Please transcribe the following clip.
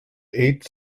eighth